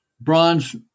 bronze